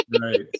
Right